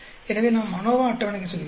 எனவே நாம் அநோவா அட்டவணைக்குச் செல்கிறோம்